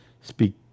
speak